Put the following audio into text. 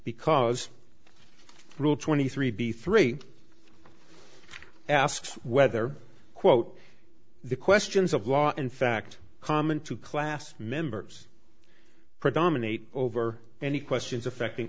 because rule twenty three b three asks whether quote the questions of law and fact common to class members predominate over any questions affecting